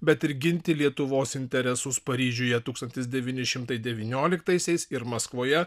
bet ir ginti lietuvos interesus paryžiuje tūkstantis devyni šimtai devynioliktaisiais ir maskvoje